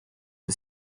are